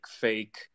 fake